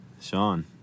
Sean